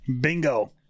Bingo